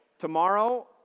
Tomorrow